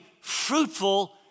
fruitful